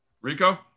Rico